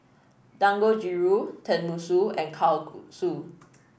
Dangojiru Tenmusu and Kalguksu